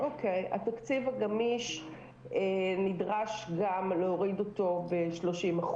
התקציב הגמיש - נדרש גם להוריד אותו ב-30%,